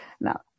Now